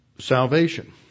Salvation